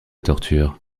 torture